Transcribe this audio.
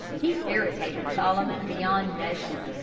he irritated solomon beyond measure.